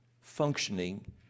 functioning